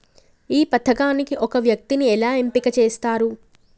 ఈ పథకానికి ఒక వ్యక్తిని ఎలా ఎంపిక చేస్తారు?